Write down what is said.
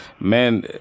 man